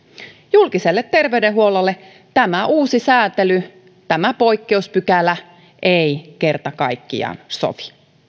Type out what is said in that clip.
julkiselle terveydenhuollolle uusi sääntely tämä poikkeuspykälä ei kerta kaikkiaan sovi